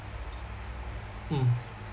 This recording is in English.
mm